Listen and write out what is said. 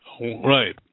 Right